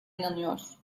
inanıyor